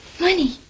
Money